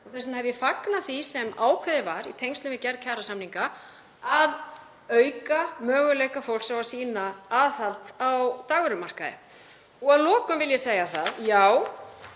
og þess vegna hef ég fagnað því sem ákveðið var í tengslum við gerð kjarasamninga, að auka möguleika fólks á að sýna aðhald á dagvörumarkaði. Að lokum vil ég segja að þó